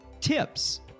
tips